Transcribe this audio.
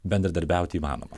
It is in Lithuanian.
bendradarbiaut įmanoma